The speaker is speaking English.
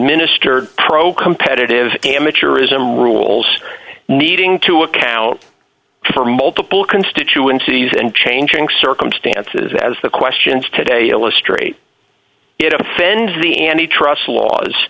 ministered pro competitive amateurism rules needing to account for multiple constituencies and changing circumstances as the questions today illustrate it offends the and he trusts laws